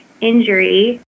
injury